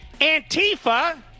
Antifa